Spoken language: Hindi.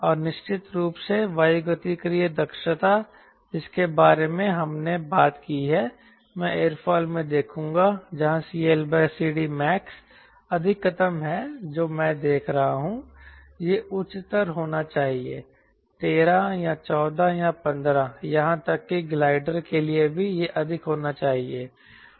और निश्चित रूप से वायुगतिकीय दक्षता जिसके बारे में हमने बात की है मैं एयरफॉइल में देखूंगा जहां CLCDmax अधिकतम है जो मैं देख रहा हूं यह उच्चतर होना चाहिए 13 14 15 यहां तक कि ग्लाइडर के लिए भी यह अधिक होना चाहिए